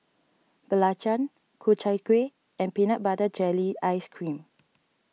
Belacan Ku Chai Kueh and Peanut Butter Jelly Ice Cream